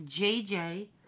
jj